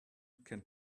can